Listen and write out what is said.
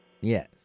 Yes